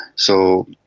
so,